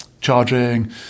charging